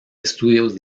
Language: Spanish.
estudios